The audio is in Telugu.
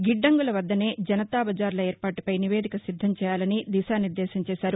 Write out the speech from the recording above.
గిద్డంగుల వద్దనే జనతా బజార్ల ఏర్పాటుపై నివేదిక సిద్దం చేయాలని దిశానిర్దేశం చేశారు